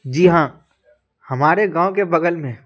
جی ہاں ہمارے گاؤں کے بغل میں